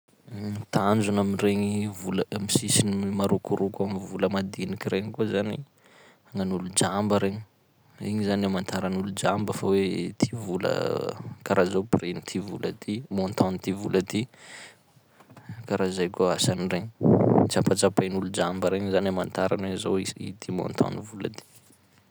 Tanjona am'regny vola- amy sisiny marokoroko amy vola madiniky regny koa zany gnan'olo jamba regny, igny zany amantaran'olo jamba fa hoe ty vola karaha zao prix-n'ty vola ty, montant-n'ty vola ty, karaha zay koa asan'regny tsapatsapain'olo jamba regny zany amantarany hoe zao is- ity montant-n'ny vola ty.